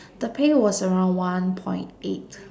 the pay was around one point eight